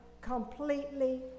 completely